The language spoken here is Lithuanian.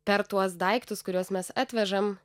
per tuos daiktus kuriuos mes atvežam